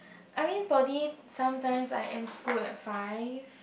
I mean poly sometimes I end school at five